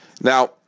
Now